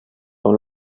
dans